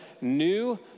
new